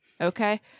Okay